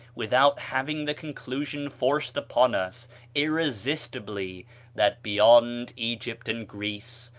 without having the conclusion forced upon us irresistibly that beyond egypt and greece,